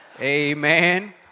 Amen